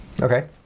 Okay